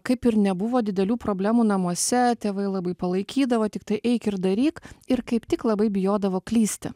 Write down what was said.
kaip ir nebuvo didelių problemų namuose tėvai labai palaikydavo tiktai eik ir daryk ir kaip tik labai bijodavo klysti